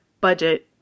budget